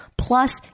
Plus